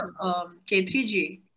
K3G